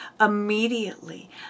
Immediately